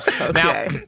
Okay